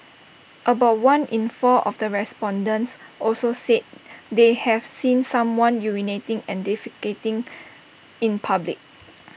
about one in four of the respondents also said they have seen someone urinating and defecating in public